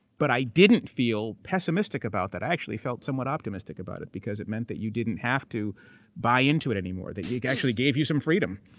but i didn't feel pessimistic about, that i actually felt somewhat optimistic about it because it meant that you didn't have to buy into it anymore. that it actually gave you some freedom.